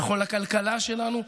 זה נכון לכלכלה שלנו.